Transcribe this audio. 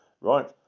right